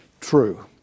true